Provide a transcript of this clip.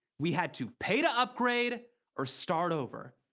we had to pay to upgrade or start over.